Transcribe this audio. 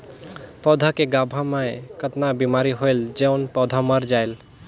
पौधा के गाभा मै कतना बिमारी होयल जोन पौधा मर जायेल?